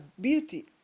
beauty